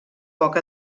poc